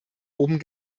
oben